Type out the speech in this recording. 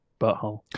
butthole